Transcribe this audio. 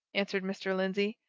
answered mr. lindsey.